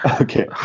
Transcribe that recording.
Okay